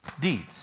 deeds